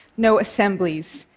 no assemblies.